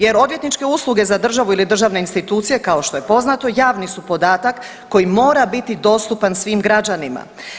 Jer odvjetničke usluge za državu ili državne institucije kao što je poznato javni su podatak koji mora biti dostupan svim građanima.